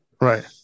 Right